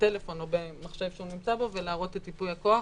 בטלפון או במחשב שהוא נמצא בו ולהראות את ייפוי הכוח,